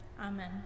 Amen